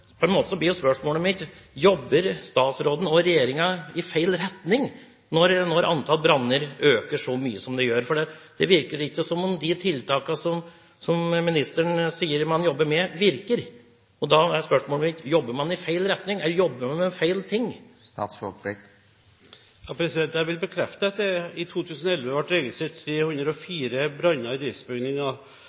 mye som de gjør? Det virker ikke som om de tiltakene som ministeren sier man jobber med, virker. Og derfor er spørsmålet mitt: Jobber man i feil retning? Jobber man med feil ting? Jeg vil bekrefte at det i 2011 ble registrert 304 branner i